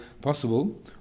possible